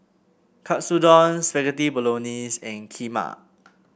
Katsudon Spaghetti Bolognese and Kheema